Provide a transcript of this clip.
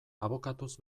abokatuz